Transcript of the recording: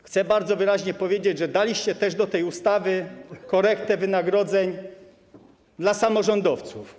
Chcę bardzo wyraźnie powiedzieć, że jest też w tej ustawie korekta wynagrodzeń dla samorządowców.